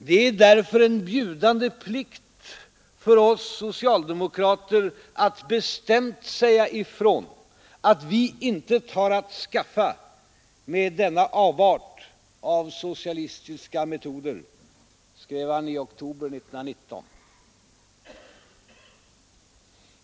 ”Det är därför en bjudande plikt för oss socialdemokrater att bestämt säga ifrån, att vi intet har att skaffa med denna avart av socialistiska metoder”, skrev Branting i oktober 1919.